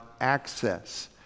access